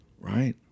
right